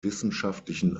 wissenschaftlichen